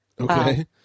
Okay